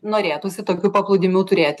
norėtųsi tokių paplūdimių turėti